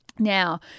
Now